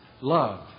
Love